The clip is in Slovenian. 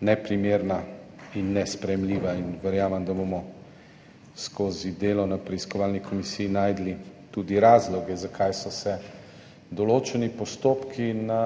neprimerna in nesprejemljiva in verjamem, da bomo skozi delo na preiskovalni komisiji našli tudi razloge, zakaj so se določeni postopki na